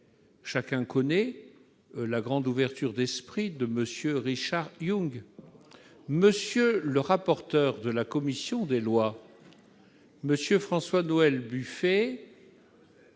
chacun connaît la grande ouverture d'esprit, et M. le rapporteur de la commission des lois, François-Noël Buffet,